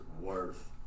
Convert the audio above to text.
worth